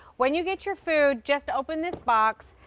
when you get your food, just open this box.